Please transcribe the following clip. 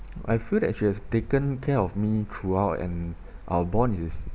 I feel that she has taken care of me throughout and our bond is